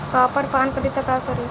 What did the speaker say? Copper पान करी त का करी?